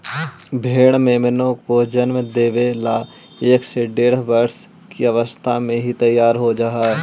भेंड़ मेमनों को जन्म देवे ला एक से डेढ़ वर्ष की अवस्था में ही तैयार हो जा हई